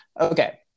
Okay